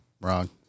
Wrong